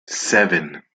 seven